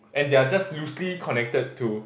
and they are just loosely connected to